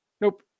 Nope